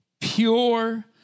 pure